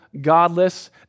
godless